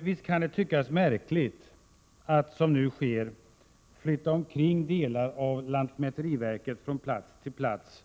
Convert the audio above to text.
Visst kan det tyckas märkligt att, som nu sker, av regionalpolitiska skäl flytta delar av lantmäteriverket från plats till plats.